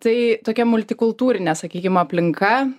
tai tokia multikultūrinė sakykim aplinka